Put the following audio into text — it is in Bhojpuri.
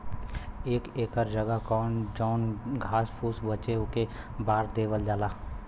अब एकर जगह जौन घास फुस बचे ओके बार देवल जाला